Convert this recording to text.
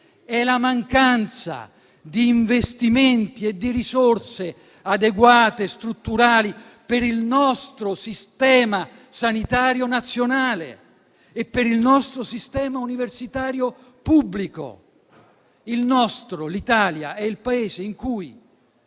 È la mancanza di investimenti e di risorse adeguate e strutturali per il nostro Sistema sanitario nazionale e per il nostro sistema universitario pubblico. Il nostro - l'Italia - è il Paese in cui,